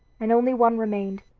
and only one remained,